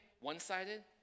one-sided